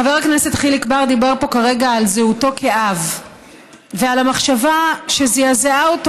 חבר הכנסת חיליק בר דיבר פה כרגע על זהותו כאב ועל המחשבה שזעזעה אותו